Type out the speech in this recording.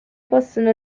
possono